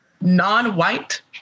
non-white